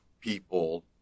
people